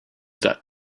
that